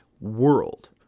world